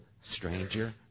stranger